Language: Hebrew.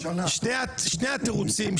שני התירוצים,